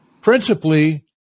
principally